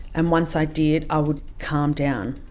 and once i did, i would calm down,